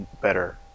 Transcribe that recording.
better